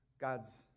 God's